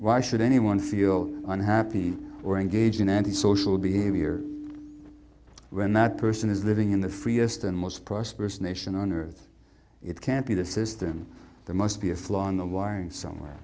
why should anyone feel unhappy or engage in antisocial behavior when that person is living in the freest and most prosperous nation on earth it can't be the system there must be a flaw in the wiring somewhere